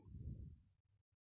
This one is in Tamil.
சொற்களஞ்சியம்